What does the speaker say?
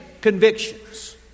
convictions